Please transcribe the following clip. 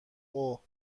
اوه